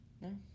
No